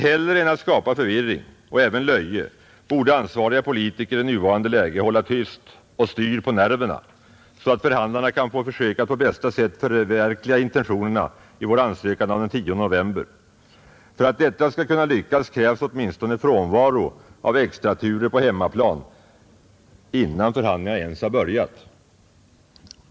Hellre än att skapa förvirring och även löje borde ansvariga politiker i nuvarande läge hålla tyst och styr på nerverna, så att förhandlarna kan få försöka att på bästa sätt förverkliga intentionerna i vår ansökan av den 10 november. För att detta skall kunna lyckas krävs åtminstone frånvaro av extraturer på hemmaplan innan förhandlingarna ens har börjat.